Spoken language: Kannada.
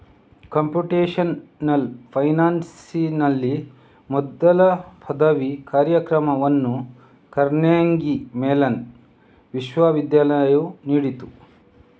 ಕಂಪ್ಯೂಟೇಶನಲ್ ಫೈನಾನ್ಸಿನಲ್ಲಿ ಮೊದಲ ಪದವಿ ಕಾರ್ಯಕ್ರಮವನ್ನು ಕಾರ್ನೆಗೀ ಮೆಲಾನ್ ವಿಶ್ವವಿದ್ಯಾಲಯವು ನೀಡಿತು